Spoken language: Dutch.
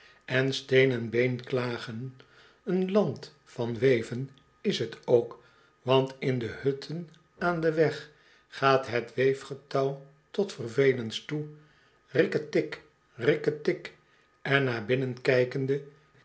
en steen en been klagen een land van weven is t ook wantin de hutten aan den weg gaat het weefgetouw tot vervelens toe riketik riketik en naar binnen kijkende